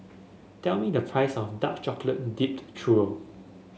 tell me the price of Dark Chocolate Dipped Churro